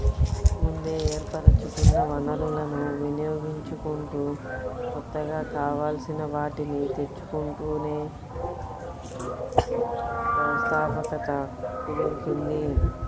ముందే ఏర్పరచుకున్న వనరులను వినియోగించుకుంటూ కొత్తగా కావాల్సిన వాటిని తెచ్చుకుంటేనే వ్యవస్థాపకత కుదురుతుంది